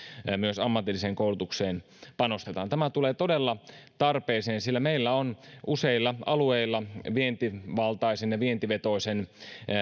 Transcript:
ja ja myös ammatilliseen koulutukseen panostetaan tämä tulee todella tarpeeseen sillä meillä on useilla alueilla vientivaltaisen ja vientivetoisen